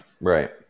Right